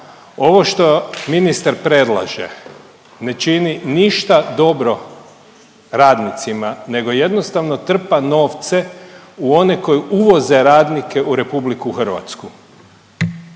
Ovo što ministar predlaže ne čini ništa dobro radnicima, nego jednostavno trpa novce u one koji uvoze radnike u RH.